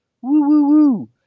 Woo-woo-woo